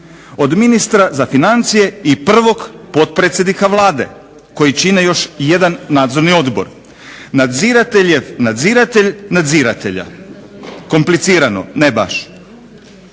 od ministra za financije i prvog potpredsjednika Vlade koji čine još jedan nadzorni odbor. Nadzirateljev nadziratelj nadziratelja. Komplicirano? Ne baš.